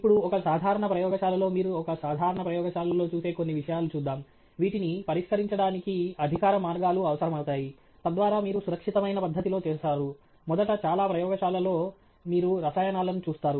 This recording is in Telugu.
ఇప్పుడు ఒక సాధారణ ప్రయోగశాలలో మీరు ఒక సాధారణ ప్రయోగశాలలో చూసే కొన్ని విషయాలు చూద్దాం వీటిని పరిష్కరించడానికి అధికారిక మార్గాలు అవసరమవుతాయి తద్వారా మీరు సురక్షితమైన పద్ధతిలో చేస్తారు మొదట చాలా ప్రయోగశాలలలో మీరు రసాయనాలను చూస్తారు